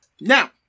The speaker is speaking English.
Now